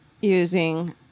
using